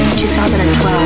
2012